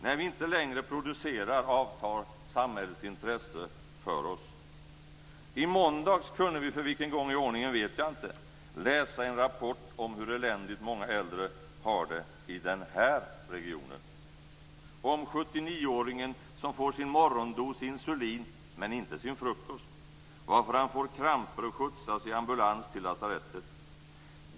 När vi inte längre producerar avtar samhällets intresse för oss. I måndags kunde vi - för vilken gång i ordningen vet jag inte - läsa en rapport om hur eländigt många äldre har det i denna region. Vi kunde läsa om 79 åringen som får sin morgondos insulin, men inte sin frukost, varför han får kramper och skjutsas i ambulans till lasarettet.